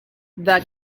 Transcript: the